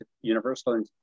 universal